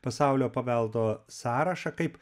pasaulio paveldo sąrašą kaip